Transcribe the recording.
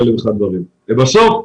בסוף,